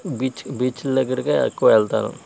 beach బీచ్ల దగ్గరకే ఎక్కువ వెళ్తాను